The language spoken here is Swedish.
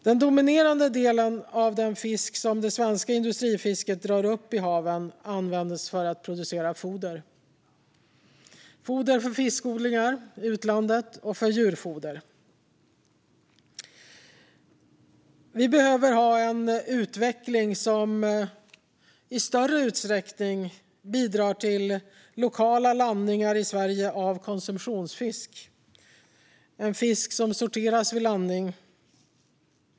Den dominerande delen av den fisk som det svenska industrifisket drar upp ur haven används för att producera foder. Det är foder till fiskodlingar i utlandet och för djurfoder. Vi behöver en utveckling som i större utsträckning som bidrar till lokala landningar av konsumtionsfisk i Sverige, det vill säga fisk som sorteras vid landning.